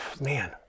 man